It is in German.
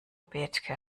bethke